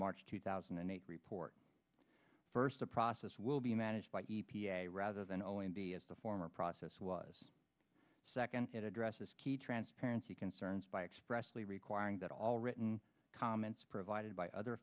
march two thousand and eight report first the process will be managed by e p a rather than o m b as the former process was second it addresses key transparency concerns by expressly requiring that all written comments provided by other